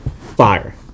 fire